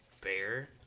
bear